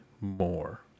more